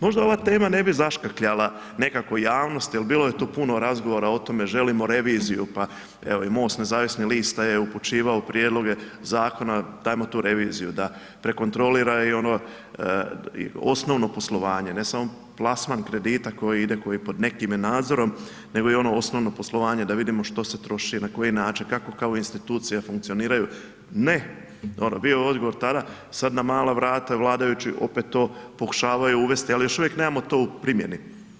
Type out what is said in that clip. Možda ova tema ne bi zaškrkljala nekako javnost jer bilo je tu puno razgovora o tome, želimo reviziju pa evo i MOST nezavisnih lista je upućivao prijedloge zakona, dajmo tu reviziju da prekontrolira i osnovno poslovanje ne samo plasman kredita koji ide, koji pod nekim je nadzorom nego i ono osnovno poslovanje da vidimo što se troši, na koji način, kako kao institucija funkcioniraju, ne, bio je odgovor tada sad a mala vrata vladajući opet to pokušavaju uvesti ali još uvijek to u primjeni.